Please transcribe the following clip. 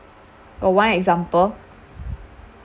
got one example